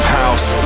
house